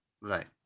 Right